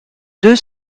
deux